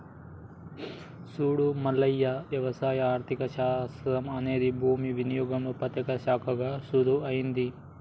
సూడు మల్లయ్య వ్యవసాయ ఆర్థిక శాస్త్రం అనేది భూమి వినియోగంలో ప్రత్యేక శాఖగా షురూ అయింది